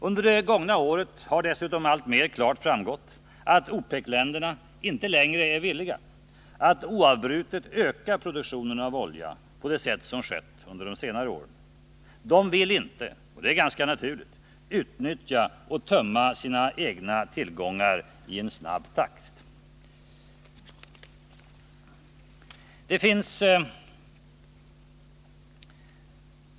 Under det gångna året har det dessutom alltmer klart framgått att OPEC-länderna inte längre är villiga att oavbrutet öka produktionen av olja på det sätt som skett under senare år. De vill inte, helt naturligt, utnyttja och tömma sina egna tillgångar i en snabb takt.